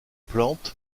plante